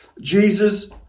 Jesus